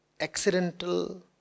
accidental